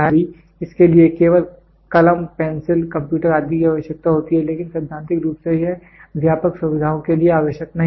कभी कभी इसके लिए केवल कलम पेंसिल कंप्यूटर आदि की आवश्यकता होती है लेकिन सैद्धांतिक रूप से यह व्यापक सुविधाओं के लिए आवश्यक नहीं है